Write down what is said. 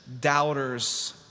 doubters